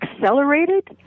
accelerated